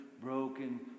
broken